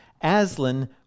Aslan